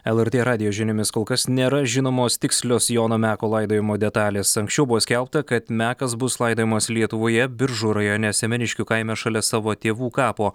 lrt radijo žiniomis kol kas nėra žinomos tikslios jono meko laidojimo detalės anksčiau buvo skelbta kad mekas bus laidojamas lietuvoje biržų rajone semeniškių kaime šalia savo tėvų kapo